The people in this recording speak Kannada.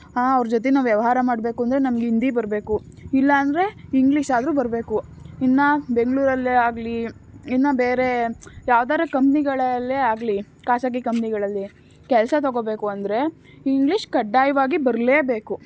ಹಾಂ ಅವ್ರ ಜೊತೆ ನಾವು ವ್ಯವಹಾರ ಮಾಡಬೇಕು ಅಂದರೆ ನಮ್ಗೆ ಹಿಂದಿ ಬರಬೇಕು ಇಲ್ಲ ಅಂದರೆ ಇಂಗ್ಲೀಷ್ ಆದರೂ ಬರಬೇಕು ಇನ್ನೂ ಬೆಂಗಳೂರಲ್ಲೇ ಆಗಲಿ ಇನ್ನು ಬೇರೆ ಯಾವ್ದಾರೂ ಕಂಪ್ನಿಗಳಲ್ಲೇ ಆಗಲಿ ಖಾಸಗಿ ಕಂಪ್ನಿಗಳಲ್ಲಿ ಕೆಲಸ ತಗೊಬೇಕು ಅಂದರೆ ಇಂಗ್ಲೀಷ್ ಕಡ್ಡಾಯವಾಗಿ ಬರಲೇಬೇಕು